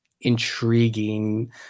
intriguing